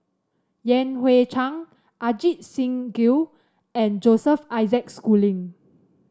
Yan Hui Chang Ajit Singh Gill and Joseph Isaac Schooling